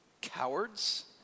Cowards